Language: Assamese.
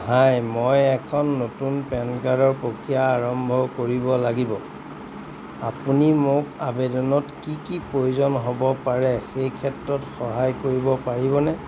হাই মই এখন নতুন পেন কাৰ্ডৰ প্ৰক্ৰিয়া আৰম্ভ কৰিব লাগিব আপুনি মোক আবেদনত কি কি প্ৰয়োজন হ'ব পাৰে সেই ক্ষেত্ৰত সহায় কৰিব পাৰিবনে